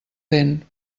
dent